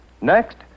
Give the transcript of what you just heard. Next